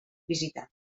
visitar